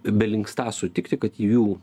belinkstą sutikti kad jų